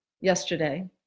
yesterday